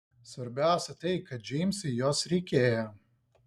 svarbiausia tai kad džeimsui jos reikėjo